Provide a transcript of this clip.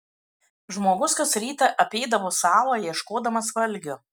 žmogus kas rytą apeidavo salą ieškodamas valgio